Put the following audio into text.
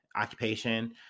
occupation